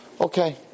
Okay